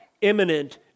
imminent